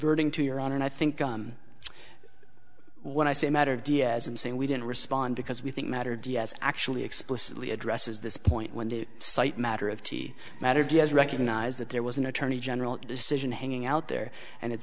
adverting to your honor and i think when i say matter diaz and saying we didn't respond because we think mattered yes actually explicitly addresses this point when they cite matter of t matter just recognize that there was an attorney general decision hanging out there and it